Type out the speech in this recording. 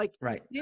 Right